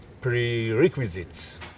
prerequisites